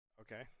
Okay